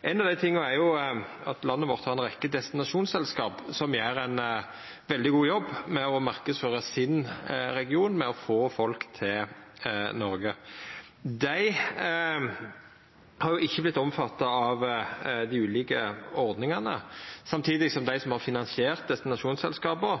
Ein av dei tinga er at landet vårt har ei rekkje destinasjonsselskap som gjer ein veldig god jobb med å marknadsføra sin region, med å få folk til Noreg. Dei har jo ikkje vorte omfatta av dei ulike ordningane, samtidig som dei som har finansiert destinasjonsselskapa,